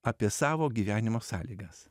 apie savo gyvenimo sąlygas